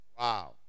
Wow